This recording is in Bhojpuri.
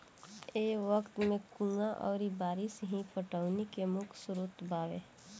ए वक्त में कुंवा अउरी बारिस ही पटौनी के मुख्य स्रोत बावे